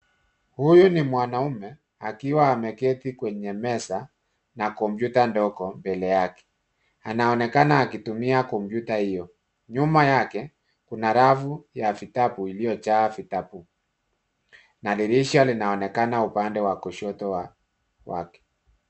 Huyu ni mwanaume akiwa ameketi kwenye meza na kompyuta ndogo mbele yake. Anaonekana akitumia kompyuta hiyo. Nyuma yake kuna rafu ya vitabu iliyojaa vitabu na dirisha linaonekana upande wa kushoto wake.